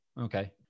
Okay